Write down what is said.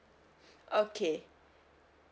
okay